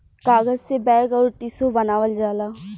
कागज से बैग अउर टिशू बनावल जाला